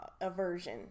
aversion